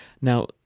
Now